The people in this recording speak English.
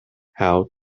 how